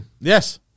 Yes